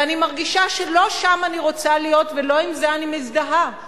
ואני מרגישה שלא שם אני רוצה להיות ולא עם זה אני מזדהה.